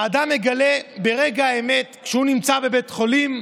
האדם מגלה ברגע האמת, כשהוא נמצא בבית חולים,